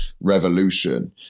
revolution